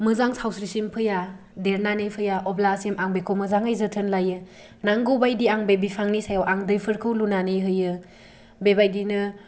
मोजां सावस्रिसिम फैया देरनानै फैया अब्लासिम आं बेखौ मोजांङै जोथोन लायो नांगौ बायदि आं बे बिफांनि सायाव आं दैफोरखौ लुनानै होयो बेबायदिनो